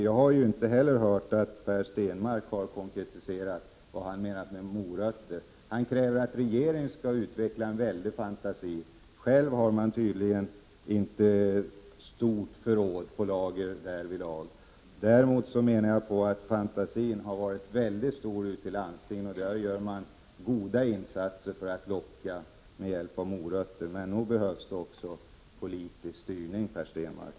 Jag har inte hört att Per Stenmarck själv har konkretiserat vad han menar med morötter. Han kräver att regeringen skall utveckla en väldig fantasi på det området — själv har han tydligen inte mycket att komma med därvidlag. Däremot har fantasin varit mycket stor ute i landstingen. Där gör man goda insatser för att locka till sig läkare med hjälp av morötter! Men nog behövs det också politisk styrning, Per Stenmarck.